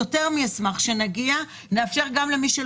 אם מישהו